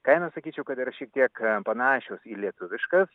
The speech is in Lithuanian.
kainos sakyčiau kad yra šiek tiek panašios į lietuviškas